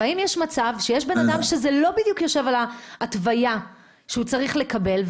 והאם יש מצב שיש בן אדם שזה לא בדיוק יושב על ההתוויה שהוא צריך לקבל,